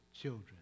children